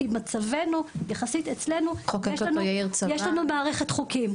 כי מצבנו יחסית אצלנו יש לנו מערכת חוקים,